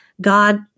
God